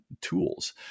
tools